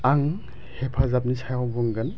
आं हेफाजाबनि सायाव बुंगोन